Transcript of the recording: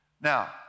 Now